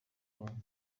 rumwe